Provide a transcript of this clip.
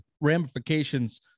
ramifications